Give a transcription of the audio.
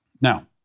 Now